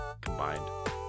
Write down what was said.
Combined